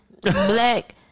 black